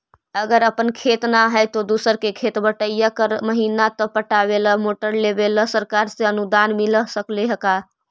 अगर अपन खेत न है और दुसर के खेत बटइया कर महिना त पटावे ल मोटर लेबे ल सरकार से अनुदान मिल सकले हे का?